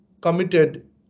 committed